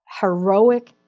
heroic